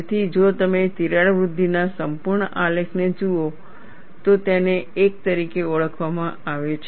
તેથી જો તમે તિરાડ વૃદ્ધિના સંપૂર્ણ આલેખને જુઓ તો તેને એક તરીકે ઓળખવામાં આવે છે